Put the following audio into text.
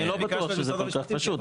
אני לא בטוח שזה כל כך פשוט.